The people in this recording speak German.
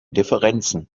differenzen